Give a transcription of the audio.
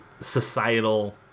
societal